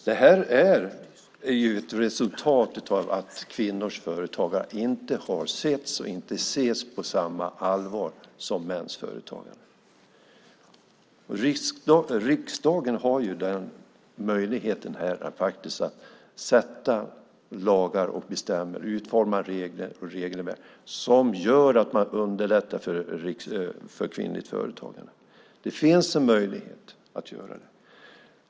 Detta är ju ett resultat av att kvinnors företagande inte har setts och inte ses med samma allvar som mäns företagande. Riksdagen har här möjligheten att utforma lagar och regelverk så att man underlättar för kvinnligt företagande. Det finns en möjlighet att göra det.